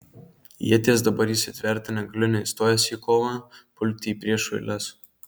ieties dabar įsitverti negaliu nei stojęs į kovą pulti į priešų eiles